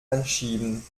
anschieben